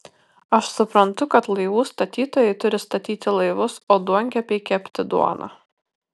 aš suprantu kad laivų statytojai turi statyti laivus o duonkepiai kepti duoną